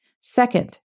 Second